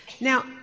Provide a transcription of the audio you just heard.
Now